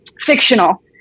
fictional